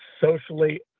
socially